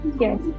yes